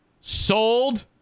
sold